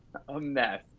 a mess.